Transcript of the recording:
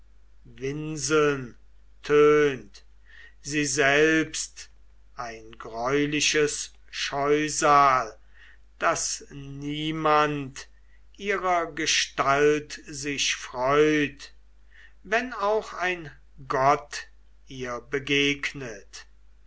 winseln tönt sie selbst ein greuliches scheusal daß niemand ihrer gestalt sich freut wenn auch ein gott ihr begegnet